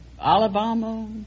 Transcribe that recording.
Alabama